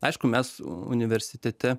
aišku mes universitete